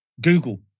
Google